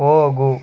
ಹೋಗು